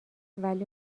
ولی